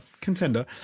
contender